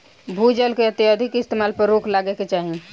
भू जल के अत्यधिक इस्तेमाल पर रोक लागे के चाही